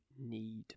need